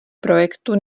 projektu